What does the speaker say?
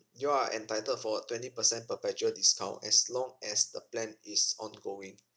you are entitled for a twenty percent perpetual discount as long as the plan is ongoing